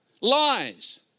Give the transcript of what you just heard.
Lies